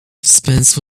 spence